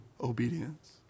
obedience